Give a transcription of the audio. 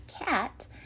cat